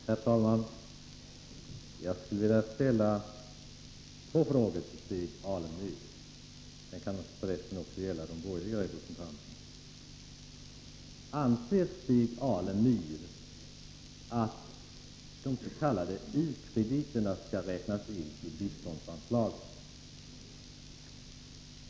Herr talman! Jag skulle vilja ställa två frågor till Stig Alemyr — de kan för resten också gälla de borgerliga representanterna. För det första: Anser Stig Alemyr att de s.k. u-krediterna skall räknas in i biståndsanslaget?